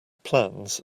plans